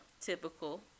typical